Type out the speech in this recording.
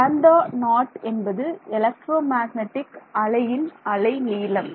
மாணவர் λ0 என்பது electromagnetic அலையின் அலை நீளம்